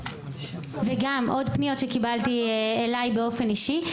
עוד פניות שקיבלתי אליי באופן אישי,